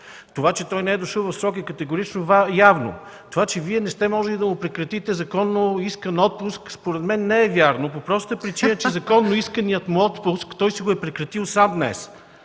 Това, че той не е дошъл в срок е категорично явно. Това, че Вие не сте можели да му прекратите законно искан отпуск, според мен не е вярно по простата причина, че законно искания му отпуск той си го е прекратил сам днес.